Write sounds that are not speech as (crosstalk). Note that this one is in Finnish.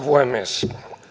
(unintelligible) puhemies